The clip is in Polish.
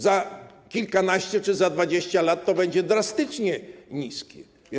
Za kilkanaście czy za 20 lat to będzie drastycznie niski poziom.